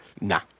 nah